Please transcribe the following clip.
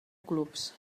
clubs